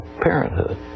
Parenthood